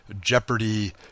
Jeopardy